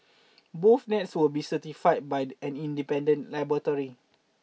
both nets will be certified by an independent laboratory